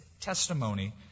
testimony